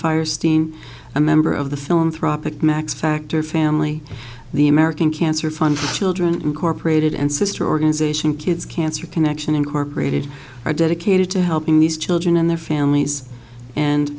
firestein a member of the philanthropic max factor family the american cancer fund children incorporated and sister organization kids cancer connection incorporated are dedicated to helping these children and their families and